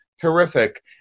Terrific